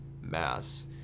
mass